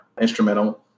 instrumental